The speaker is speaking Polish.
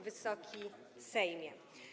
Wysoki Sejmie!